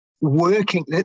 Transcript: working